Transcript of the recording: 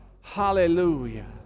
Hallelujah